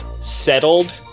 settled